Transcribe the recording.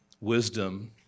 wisdom